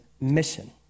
mission